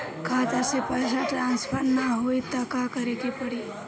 खाता से पैसा टॉसफर ना होई त का करे के पड़ी?